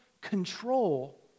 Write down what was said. control